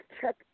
check